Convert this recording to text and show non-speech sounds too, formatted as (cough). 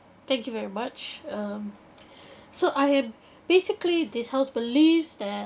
thank you very much um (breath) so I had (breath) basically this house believes that